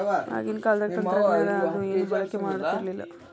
ಆಗಿನ ಕಾಲದಾಗ ತಂತ್ರಜ್ಞಾನ ಅದು ಏನು ಬಳಕೆ ಮಾಡತಿರ್ಲಿಲ್ಲಾ